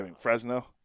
Fresno